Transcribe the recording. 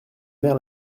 mère